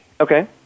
Okay